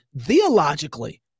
theologically